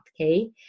Okay